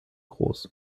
groß